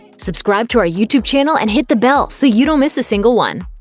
subscribe to our youtube channel and hit the bell so you don't miss a single one.